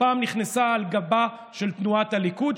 הפעם נכנסה על גבה של תנועת הליכוד,